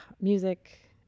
Music